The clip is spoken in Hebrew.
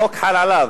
החוק חל עליו.